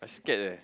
scared eh